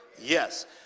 Yes